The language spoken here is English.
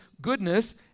goodness